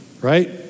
right